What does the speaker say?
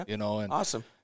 Awesome